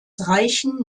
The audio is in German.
reichen